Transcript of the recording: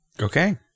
okay